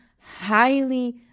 highly